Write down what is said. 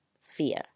fear